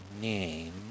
name